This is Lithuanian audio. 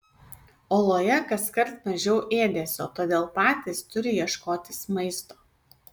oloje kaskart mažiau ėdesio todėl patys turi ieškotis maisto